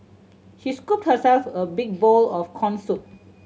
she scooped herself a big bowl of corn soup